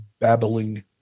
babbling